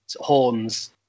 horns